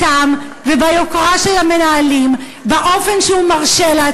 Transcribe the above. ולכן, אני שואלת,